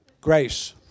Grace